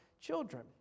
children